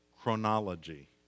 chronology